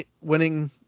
winning